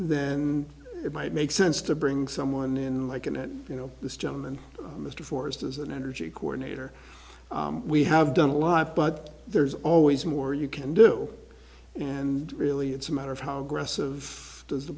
then it might make sense to bring someone in like an at you know this gentleman mr forrest as an energy coordinator we have done a lot but there's always more you can do and really it's a matter of how aggressive does the